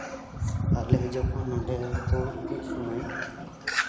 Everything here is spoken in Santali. ᱟᱞᱮ ᱡᱚᱠᱷᱚᱱ ᱱᱚᱸᱰᱮ ᱵᱷᱳᱴ ᱦᱩᱭᱩᱜ ᱥᱚᱢᱚᱭ